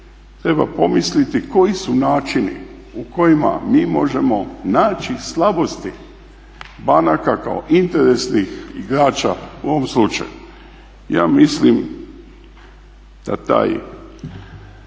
treba pomisliti koji su načini u kojima mi možemo naći slabosti banaka kao interesnih igrača u ovom slučaju. Ja mislim da ta